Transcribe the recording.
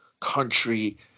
country